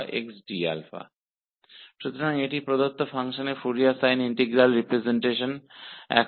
तो यह दिए गए फ़ंक्शन का फोरियर साइन इंटीग्रल रिप्रजेंटेशनहै